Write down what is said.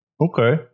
Okay